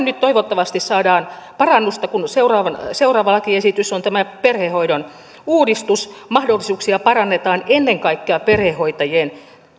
nyt toivottavasti saadaan parannusta kun seuraava lakiesitys on tämä perhehoidon uudistus mahdollisuuksia parannetaan ennen kaikkea perhehoitajien